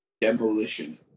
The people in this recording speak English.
Demolition